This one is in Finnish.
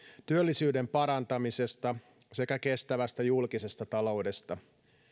työllisyyden parantamisesta sekä kestävästä julkisesta taloudesta